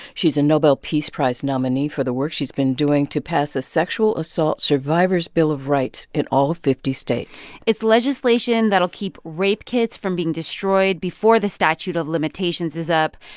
she's a nobel peace prize nominee for the work she's been doing to pass a sexual assault survivors bill of rights in all fifty states it's legislation that'll keep rape kits from being destroyed before the statute of limitations is up,